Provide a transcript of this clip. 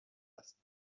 است